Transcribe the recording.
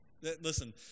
Listen